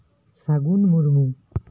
ᱥᱟᱹᱜᱩᱱ ᱢᱩᱨᱢᱩ